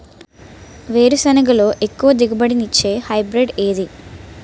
వేరుసెనగ లో ఎక్కువ దిగుబడి నీ ఇచ్చే హైబ్రిడ్ ఏది?